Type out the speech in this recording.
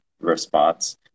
response